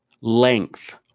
length